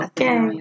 Okay